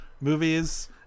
movies